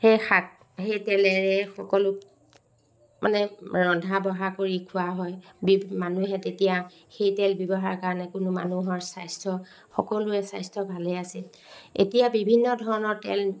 সেই শাক সেই তেলেৰে সকলো মানে ৰন্ধা বঢ়া কৰি খোৱা হয় বি মানুহে তেতিয়া সেই তেল ব্যৱহাৰ কাৰণে কোনো মানুহৰ স্বাস্থ্য সকলোৱে স্বাস্থ্য ভালে আছে এতিয়া বিভিন্ন ধৰণৰ তেল